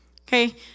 Okay